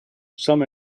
some